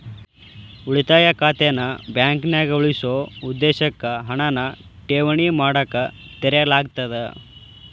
ಉಳಿತಾಯ ಖಾತೆನ ಬಾಂಕ್ನ್ಯಾಗ ಉಳಿಸೊ ಉದ್ದೇಶಕ್ಕ ಹಣನ ಠೇವಣಿ ಮಾಡಕ ತೆರೆಯಲಾಗ್ತದ